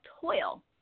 toil